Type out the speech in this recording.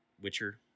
Witcher